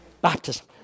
Baptism